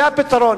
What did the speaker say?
זה הפתרון.